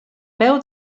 peu